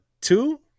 two